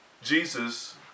Jesus